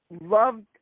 loved